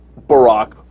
Barack